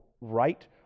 right